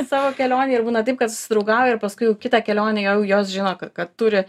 savo kelionėj ir būna taip kad susidraugauja ir paskui jau kitą kelionę jau jos žino kad kad turi